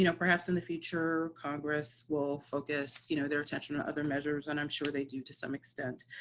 you know perhaps in the future congress will focus you know their attention on on other measures, and i'm sure they do to some extent.